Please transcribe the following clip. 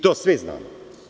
To svi znamo.